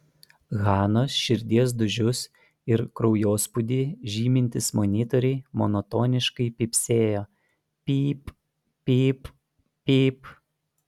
hanos širdies dūžius ir kraujospūdį žymintys monitoriai monotoniškai pypsėjo pyp pyp pyp